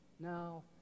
now